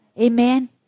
Amen